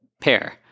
pair